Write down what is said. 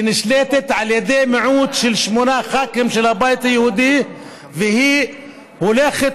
שנשלטת על ידי מיעוט של שמונה ח"כים של הבית היהודי והיא הולכת